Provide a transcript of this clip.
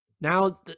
now